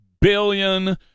billion